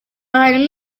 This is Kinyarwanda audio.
harimo